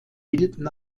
bilden